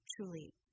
truly